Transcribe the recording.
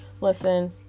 Listen